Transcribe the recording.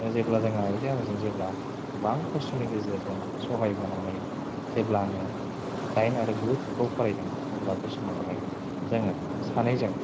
जेब्ला जोङो आइजों आंजों जेब्ला गोबां खस्थ'नि गेजेरजों सहायबोनानै जेब्ला आङो दाइन आरो गु थाखोयाव फरायदों अब्ला बे समावहाय जोङो सानैजों